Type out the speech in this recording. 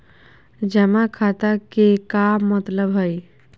जमा खाता के का मतलब हई?